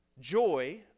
Joy